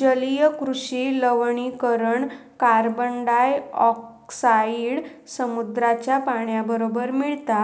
जलीय कृषि लवणीकरण कार्बनडायॉक्साईड समुद्राच्या पाण्याबरोबर मिळता,